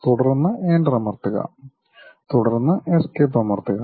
തുടർന്ന് എന്റർ അമർത്തുക തുടർന്ന് എസ്കേപ്പ് അമർത്തുക